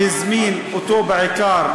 שהזמין אותו בעיקר,